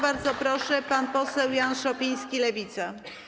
Bardzo proszę, pan poseł Jan Szopiński, Lewica.